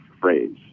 phrase